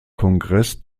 kongress